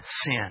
sin